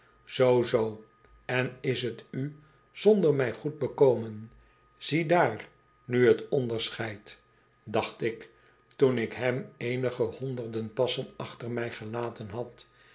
zoo zoo en is t u zonder mij goed bekomen ziedaar nu t onderscheid dacht ik toen ik hem eenige honderden passen achter mij gelaten had